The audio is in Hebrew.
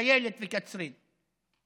ואילת וקצרין.